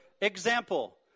example